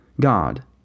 God